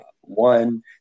one